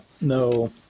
no